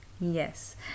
Yes